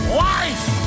life